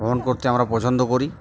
ভ্রমণ করতে আমরা পছন্দ করি